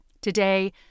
Today